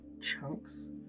chunks